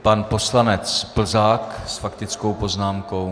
Pan poslanec Plzák s faktickou poznámkou.